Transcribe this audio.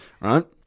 Right